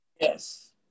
Yes